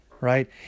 right